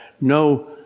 no